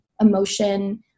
emotion